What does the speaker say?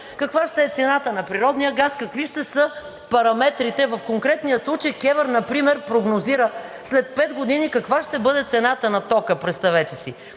каква ще е цената на природния газ, какви ще са параметрите. В конкретния случай КЕВР например прогнозира след пет години каква ще бъде цената на тока, представете си.